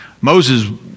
Moses